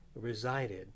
resided